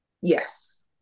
Yes